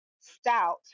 stout